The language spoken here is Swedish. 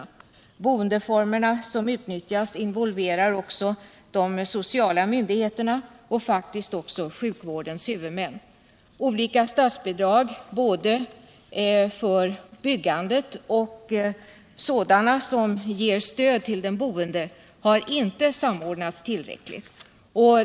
De boendeformer som utnyttjas involverar också de sociala myndigheterna och faktiskt också sjukvårdens huvudmän. Olika statsbidrag både för byggandet och för stöd till de boende har inte samordnats tillräckligt.